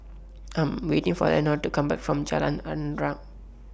I'm waiting For Eleanore to Come Back from Jalan Arnap